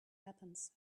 happens